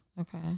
Okay